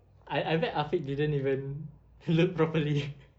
I I bet afiq didn't even look properly